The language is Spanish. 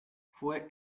fue